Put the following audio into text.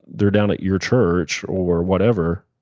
they're done at your church or whatever